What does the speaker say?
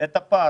את הפער.